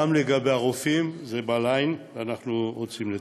גם לגבי הרופאים זה בליין, אנחנו רוצים לטפל.